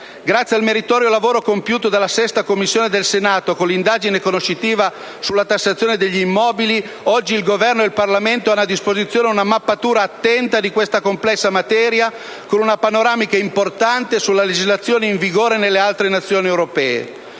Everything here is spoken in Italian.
Grazie al meritorio lavoro compiuto dalla 6° Commissione del Senato con l'indagine conoscitiva sulla tassazione degli immobili, oggi il Governo e il Parlamento hanno a disposizione una mappatura attenta di questa complessa materia, con una panoramica importante sulla legislazione in vigore nelle altre Nazioni europee.